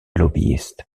lobbyist